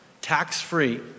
tax-free